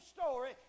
story